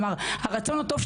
כלומר, אני